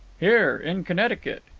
here. in connecticut.